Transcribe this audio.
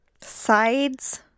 Sides